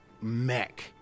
mech